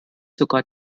sogar